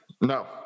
No